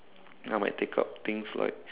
I might take up things like